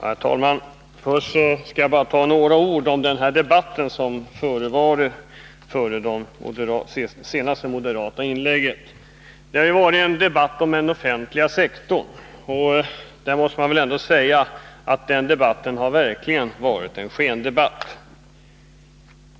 Herr talman! Först skall jag säga några ord om den debatt som förevarit före det senaste moderata inlägget. Det har ju varit en debatt om den offentliga sektorn. Man måste väl säga att den debatten verkligen har varit en skendebatt.